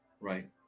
right